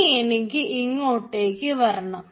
ഇനി എനിക്ക് ഇങ്ങോട്ടേക്ക് വരണം